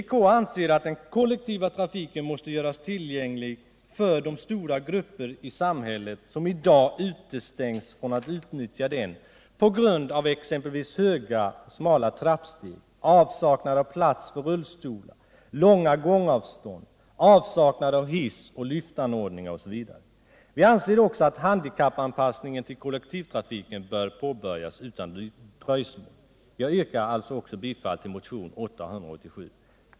Vpk anser att den kollektiva trafiken måste göras tillgänglig för de stora grupper i samhället som i dag utestängs från att utnyttja den på grund av exempelvis höga och smala trappsteg, avsaknad av plats för rullstolar, långa gångavstånd, avsaknad av hiss och lyftanordningar osv. Vi anser att handikappanpassningen av kollektivtrafiken bör påbörjas utan dröjsmål. Herr talman! Jag yrkar bifall även till motionen 887.